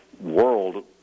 world